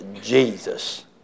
Jesus